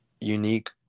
unique